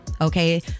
Okay